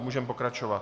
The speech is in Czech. Můžeme pokračovat.